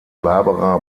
barbara